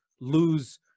lose